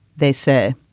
they say.